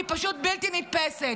היא פשוט בלתי נתפסת.